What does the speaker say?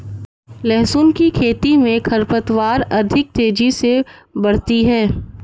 लहसुन की खेती मे खरपतवार अधिक तेजी से बढ़ती है